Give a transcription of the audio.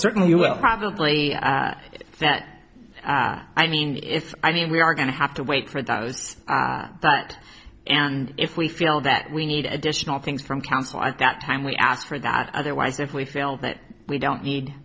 certainly will probably that i mean if i mean we are going to have to wait for those but and if we feel that we need additional things from counsel at that time we ask for that otherwise if we feel that we don't need